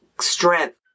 strength